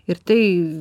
ir tai